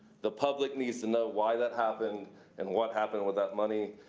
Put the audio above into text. the public needs to know why that happened and what happened with that money.